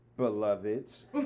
beloveds